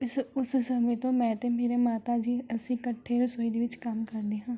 ਉਸ ਉਸ ਸਮੇਂ ਤੋਂ ਮੈਂ ਅਤੇ ਮੇਰੇ ਮਾਤਾ ਜੀ ਅਸੀਂ ਇਕੱਠੇ ਰਸੋਈ ਦੇ ਵਿੱਚ ਕੰਮ ਕਰਦੇ ਹਾਂ